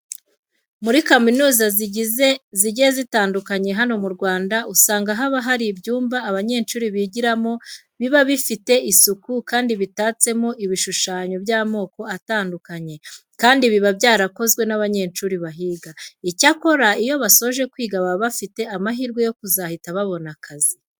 Muri kaminuza zigiye zitandukanye hano mu Rwanda usanga haba hari ibyumba abanyeshuri bigiramo biba bifite isuku kandi bitatsemo ibishushanyo by'amoko atandukanye kandi biba byarakozwe n'abanyeshuri bahiga. Icyakora, iyo basoje kwiga baba bafite amahirwe yo kuzahita babona akazi.